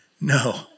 No